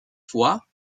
fois